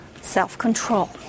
self-control